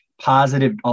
positive